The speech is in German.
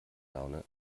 laune